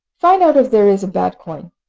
find out if there is a bad coin.